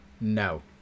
No